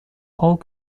whole